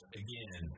again